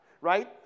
right